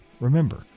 Remember